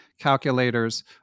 calculators